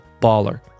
Baller